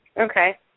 Okay